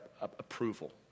approval